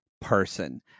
person